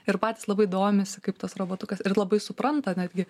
ir patys labai domisi kaip tas robotukas ir labai supranta netgi